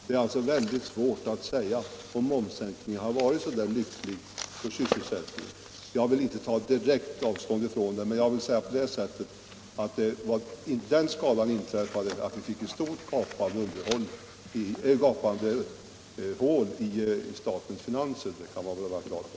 Det är alltså mycket svårt att säga om momssänkningen varit lycklig för sysselsättningen. Jag vill inte direkt ta avstånd från den möjligheten, men jag vill ändå peka på att vi fick ett stort, gapande hål i statens finanser. Det bör man göra klart för sig.